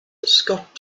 scott